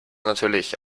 natürlich